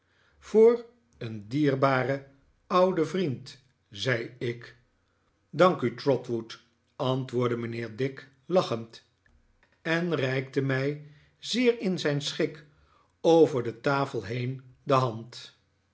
voor een dierbaren ouden vriend zei ik dank u trotwood antwoordde mijnheer dick lachend en reikte mij zeer in zijn schik over de tafel heeri de hand